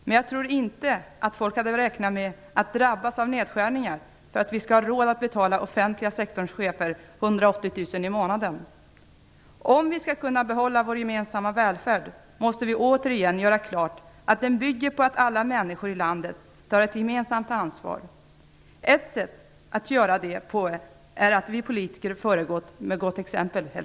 Men jag tror inte att folk hade räknat med att drabbas av nedskärningar för att vi skall ha råd att betala offentliga sektorns chefer Om vi skall kunna behålla vår gemensamma välfärd, måste vi återigen göra klart att den bygger på att alla människor i landet tar ett gemensamt ansvar. Ett sätt att göra det på är helt enkelt att vi politiker föregår med gott exempel.